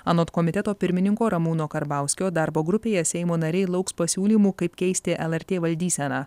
anot komiteto pirmininko ramūno karbauskio darbo grupėje seimo nariai lauks pasiūlymų kaip keisti lrt valdyseną